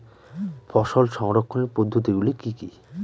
ফসল সংরক্ষণের পদ্ধতিগুলি কি কি?